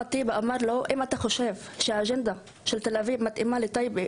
ואחמד טיבי אמר לו: ״אם אתה חושב שהאג׳נדה של תל אביב מתאימה לטייבה,